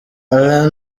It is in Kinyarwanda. alain